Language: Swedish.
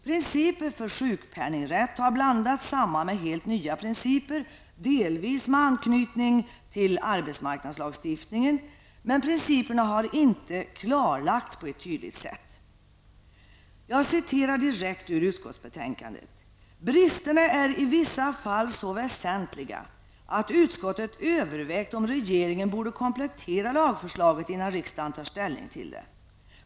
Principer för sjukpenningrätt har blandats samman med helt nya principer, delvis med anknytning till arbetsmarknadslagstiftningen, men principerna har inte klarlagts på ett tydligt sätt. Jag citerar ur utskottsbetänkandet: ''Bristerna är i vissa fall så väsentliga att utskottet övervägt om regeringen borde komplettera lagförslaget innan riksdagen tar ställning till det.